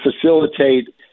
facilitate